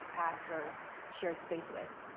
passed or shared space with.